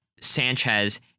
Sanchez